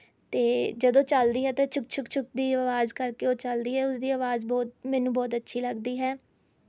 ਅਤੇ ਜਦੋਂ ਚੱਲਦੀ ਹੈ ਤਾਂ ਛੁੱਕ ਛੁੱਕ ਛੁੱਕ ਦੀ ਆਵਾਜ਼ ਕਰ ਕੇ ਉਹ ਚੱਲਦੀ ਹੈ ਉਸਦੀ ਆਵਾਜ਼ ਬਹੁਤ ਮੈਨੂੰ ਬਹੁਤ ਅੱਛੀ ਲੱਗਦੀ ਹੈ